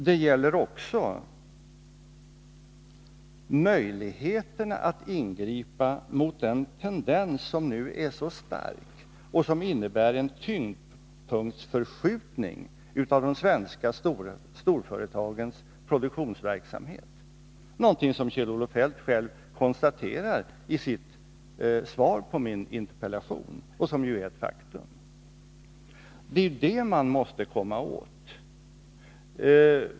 Den gäller också möjligheterna att ingripa mot den tendens som nu är så stark och som innebär en tyngdpunktsförskjutning till utlandet av de svenska storföretagens produktionsverksamhet— någonting som Kjell-Olof Feldt själv konstaterar i sitt svar på min interpellation, och som ju är ett faktum. Det är det man måste komma åt.